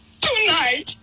tonight